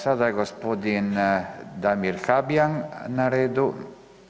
Sada je gospodin Damir Habijan na redu.